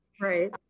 Right